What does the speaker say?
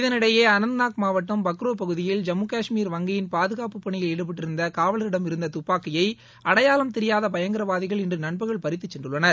இதனிடையே அனந்த் நாக் மாவட்டம் பக்ரோ பகுதியில் ஜம்மு காஷ்மீர் வங்கியின் பாதுகாப்பு பணியில் ஈடுபட்டிருந்த காவலிடம் இருந்த துப்பாக்கியை அடையாளம் தெரயாத பயங்கரவாதிகள் இன்று நண்பகல் பறித்து சென்றுள்ளனர்